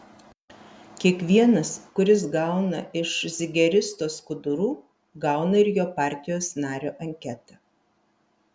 kiekvienas kuris gauna iš zigeristo skudurų gauna ir jo partijos nario anketą